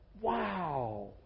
Wow